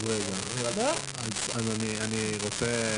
אני רוצה